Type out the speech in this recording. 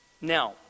Now